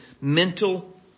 mental